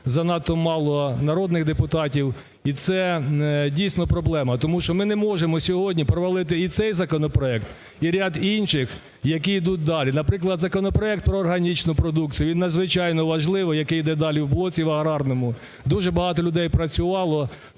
занадто мало народних депутатів. І це дійсно проблема, тому що ми не можемо сьогодні провалити і цей законопроект, і ряд інших, які йдуть далі. Наприклад, законопроект про органічну продукцію і надзвичайно важливий, який іде далі в блоці аграрному, дуже багато людей працювало.